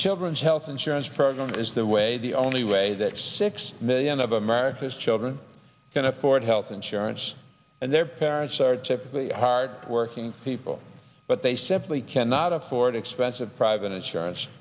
children's health insurance program is the way the only way that six million of america's children can afford health insurance and their parents are typically hard working people but they simply cannot afford expensive private insurance